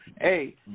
Hey